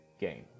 game